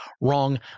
Wrong